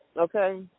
Okay